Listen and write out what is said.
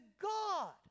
God